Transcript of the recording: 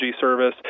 service